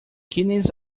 kidneys